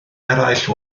eraill